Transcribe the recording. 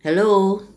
hello